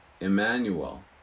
Emmanuel